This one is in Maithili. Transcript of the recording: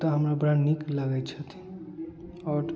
कुत्ता हमरा बड़ा नीक लागै छथि आओर